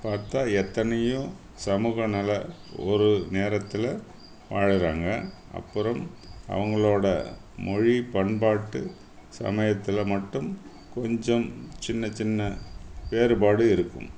பார்த்தா எத்தனையோ சமூக நல ஒரு நேரத்தில் வாழுகிறாங்க அப்புறம் அவங்களோட மொழி பண்பாட்டு சமயத்தில் மட்டும் கொஞ்சம் சின்ன சின்ன வேறுபாடு இருக்கும்